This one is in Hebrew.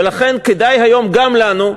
ולכן כדאי היום גם לנו,